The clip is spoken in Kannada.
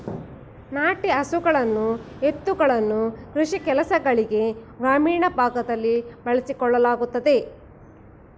ನಾಟಿ ಹಸುಗಳನ್ನು ಎತ್ತುಗಳನ್ನು ಕೃಷಿ ಕೆಲಸಗಳಿಗೆ ಗ್ರಾಮೀಣ ಭಾಗದಲ್ಲಿ ಬಳಸಿಕೊಳ್ಳಲಾಗುತ್ತದೆ